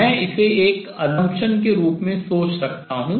मैं इसे एक assumption धारणा के रूप में सोच सकता हूँ